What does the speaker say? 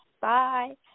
Bye